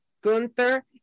Gunther